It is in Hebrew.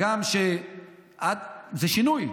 זה שינוי.